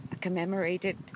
commemorated